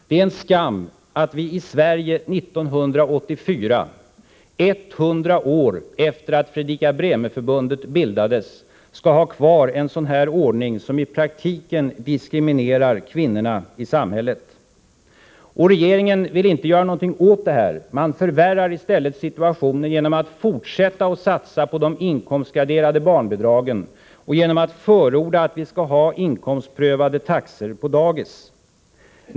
Det är en skam att vi i Sverige år 1984, 100 år efter det att Fredrika Bremer-Förbundet bildades, skall ha kvar en ordning som i praktiken diskriminerar kvinnorna i samhället. Regeringen vill inte göra något åt detta. Man förvärrar i stället situationen genom att fortsätta att satsa på de inkomstgraderade bostadsbidragen och genom att förorda inkomstprövade taxor på dagis.